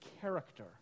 character